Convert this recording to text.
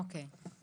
אוקיי.